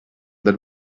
that